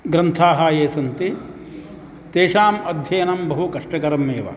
ग्रन्थाः ये सन्ति तेषाम् अध्ययनं बहुकष्टकरम् एव